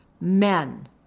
Men